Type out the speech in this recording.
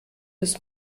des